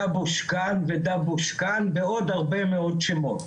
דבוש כאן ודבוש כאן ועוד הרבה מאוד שמות,